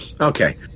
Okay